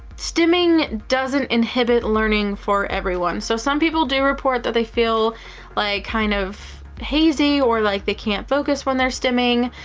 stimming doesn't inhibit learning for everyone. so, some people do report that they feel like kind of hazy or like they can't focus when they're stimming,